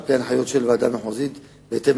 והם הכריזו על שביתה כללית.